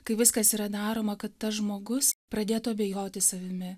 kai viskas yra daroma kad tas žmogus pradėtų abejoti savimi